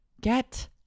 Get